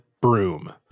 broom